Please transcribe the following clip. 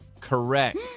Correct